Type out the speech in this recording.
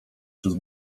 przez